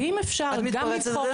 ואם אפשר, גם לבחור רופא.